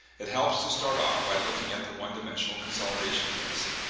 it helps to start off by looking at the one dimensional consolidation test.